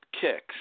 kicks